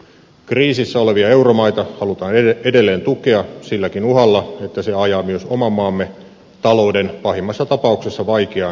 kriisissä olevia euromaita halutaan edelleen tukea silläkin uhalla että se ajaa myös oman maamme talouden pahimmassa tapauksessa vaikeaan ylivelkaantumiseen